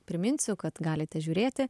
priminsiu kad galite žiūrėti